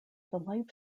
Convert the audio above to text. life